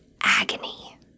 agony